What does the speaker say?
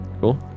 Cool